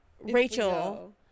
Rachel